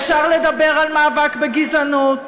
אפשר לדבר על מאבק בגזענות,